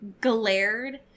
glared